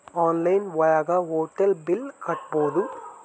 online ಒಳಗ hotel bill ಕಟ್ಬೋದು